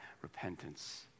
repentance